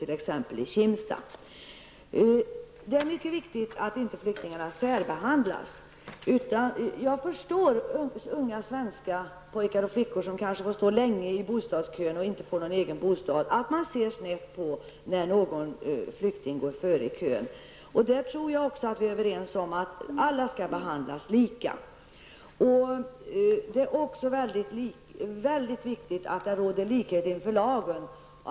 Vidare är det mycket viktigt att flyktingarna inte särbehandlas. Jag förstår de unga svenska pojkar och flickor som kanske får stå länge i bostadskön, och som kanske inte får en egen bostad. Det tittar kanske litet snett på den flykting som går före dem i kön. Men jag tror att vi även på den punkten är överens om att alla skall behandlas lika. Dessutom är det mycket viktigt att det råder likhet inför lagen.